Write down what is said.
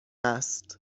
است